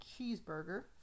cheeseburger